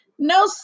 No